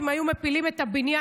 אם היו מפילים את הבניין,